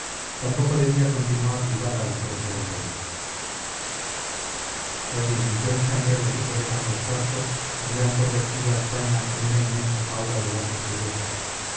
tampoco debía continuar ligada a la suerte del país las disensiones entre los hijos de carlos iv habían convertido a españa en una inmensa jaula de locos furiosos